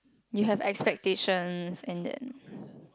you have expectations and then